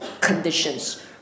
conditions